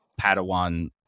Padawan